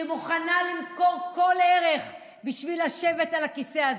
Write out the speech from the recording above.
שמוכנה למכור כל ערך בשביל לשבת על הכיסא הזה.